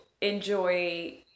enjoy